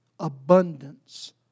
Abundance